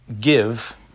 give